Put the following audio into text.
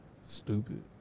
Stupid